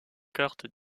cartes